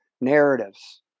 narratives